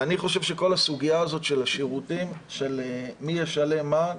ואני חושב שכל הסוגיה הזאת של השירותים של מי ישלם מה,